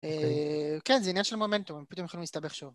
כן זה עניין של מומנטום, פתאום הם יכולים להסתבך שוב